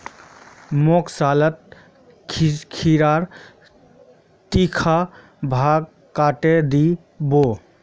मोक सलादत खीरार तीखा भाग काटे दी बो